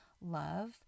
love